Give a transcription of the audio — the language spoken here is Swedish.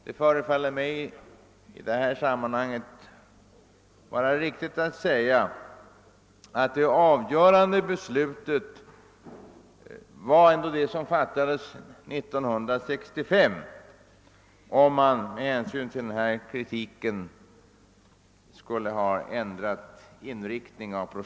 Det förefaller i sammanhanget vara riktigt att säga att det avgörande beslutet ändå var det som fattades år 1965.